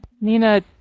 Nina